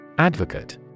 Advocate